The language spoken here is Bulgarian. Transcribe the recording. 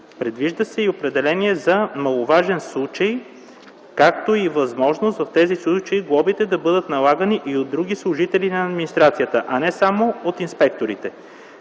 Предвижда се и определение за „маловажен случай”, както и възможност в тези случаи глобите да бъдат налагани и от други служители на администрацията, а не само от инспекторите.